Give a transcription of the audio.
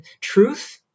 truth